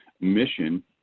mission